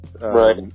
Right